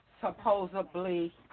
supposedly